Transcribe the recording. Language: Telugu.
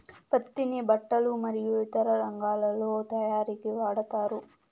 పత్తిని బట్టలు మరియు ఇతర రంగాలలో తయారీకి వాడతారు